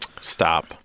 Stop